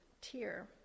tier